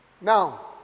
Now